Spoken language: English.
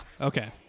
Okay